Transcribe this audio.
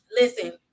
Listen